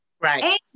right